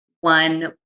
one